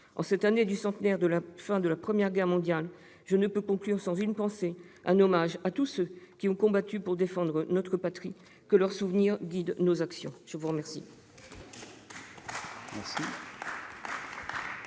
En cette année du centenaire de la fin de la Première Guerre mondiale, je ne saurais conclure sans avoir une pensée pour tous ceux qui ont combattu pour défendre notre patrie. Que leur souvenir guide nos actions ! Très bien